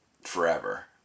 forever